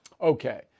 Okay